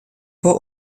vor